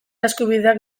eskubideak